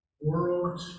world